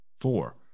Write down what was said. Four